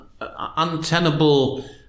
untenable